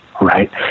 right